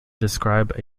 describe